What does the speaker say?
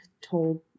told